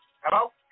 Hello